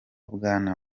bwana